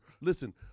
Listen